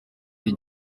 ari